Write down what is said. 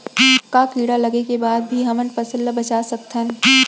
का कीड़ा लगे के बाद भी हमन फसल ल बचा सकथन?